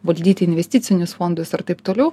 valdyti investicinius fondus ar taip toliau